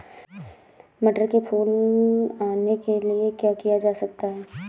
मटर में फूल आने के लिए क्या किया जा सकता है?